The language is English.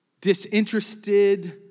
disinterested